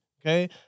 okay